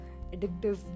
addictive